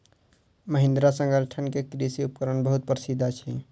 महिंद्रा संगठन के कृषि उपकरण बहुत प्रसिद्ध अछि